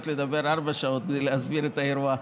לדבר ארבע שעות כדי להסביר את האירוע.